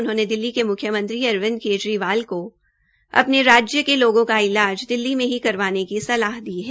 उन्होंने दिल्ली के मुख्यमंत्री अरविंद केजरीवाल को अपने राज्य के लोगों का इलाज दिल्ली में ही करवाने की सलाह दी है